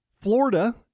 Florida